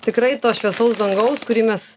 tikrai to šviesaus dangaus kurį mes